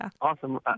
Awesome